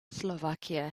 slovakia